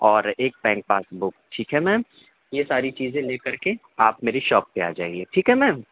اور ایک PAN card book ٹھیک ہے میم یہ ساری چیزیں لے کر کے آپ میری شاپ پہ آ جائیے ٹھیک ہم میم